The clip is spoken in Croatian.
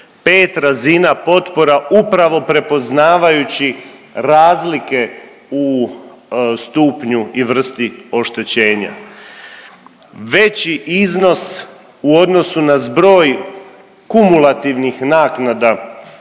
Pet razina potpora upravo prepoznavajući razlike u stupnju i vrsti oštećenja. Veći iznos u odnosu na zbroj kumulativnih naknada